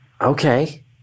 Okay